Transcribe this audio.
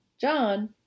John